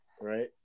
right